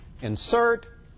insert